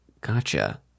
Gotcha